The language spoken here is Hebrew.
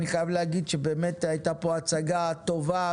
אני חייב להגיד שבאמת היתה פה הצגה טובה,